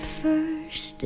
first